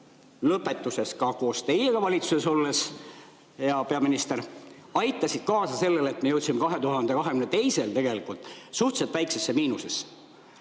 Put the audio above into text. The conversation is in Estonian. lõpus ka koos teiega valitsuses olles, hea peaminister – aitasid kaasa sellele, et me jõudsime 2022. aastal tegelikult suhteliselt väikesesse miinusesse.